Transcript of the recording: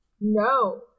No